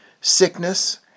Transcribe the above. sickness